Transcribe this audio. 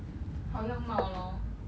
好样貌 lor